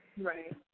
Right